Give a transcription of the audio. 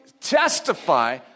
testify